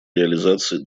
реализации